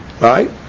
Right